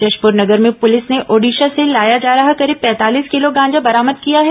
जशपूर नगर में पुलिस ने ओडिशा से लाया जा रहा करीब पैंतालीस किलो गांजा बरामद किया है